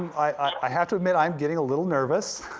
i have to admit, i'm getting a little nervous.